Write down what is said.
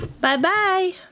Bye-bye